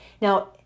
Now